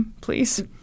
please